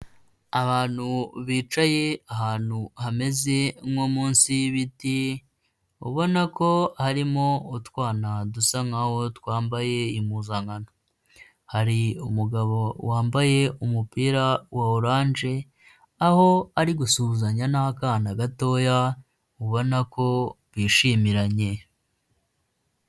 Abantu bicaye ahantu hameze nko munsi y'ibiti, ubona ko harimo utwana dusa nkaho twambaye impuzankano, hari umugabo wambaye umupira wa oranje, aho ari gusuhuzanya n'akana gatoya, ubona ko bishimiranye.